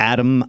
Adam